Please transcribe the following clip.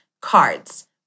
cards